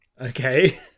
okay